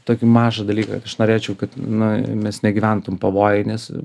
tokį mažą dalyką kad aš norėčiau kad na mes negyventum pavojuj nes